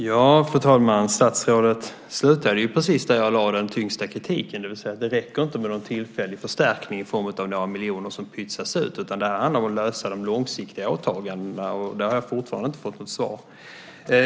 Fru talman! Statsrådet slutade precis där jag lade den tyngsta kritiken, det vill säga att det inte räcker med någon tillfällig förstärkning i form av några miljoner som pytsas ut utan att det handlar om att lösa de långsiktiga åtagandena. Och där har jag fortfarande inte fått något svar.